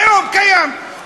היום קיים,